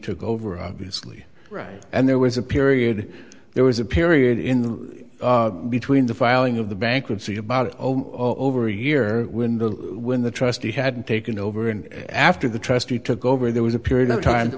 took over obviously right and there was a period there was a period in the between the filing of the bankruptcy about it over a year when the when the trustee had taken over and after the trustee took over there was a period of time